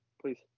Please